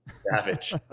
Savage